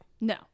no